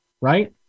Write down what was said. right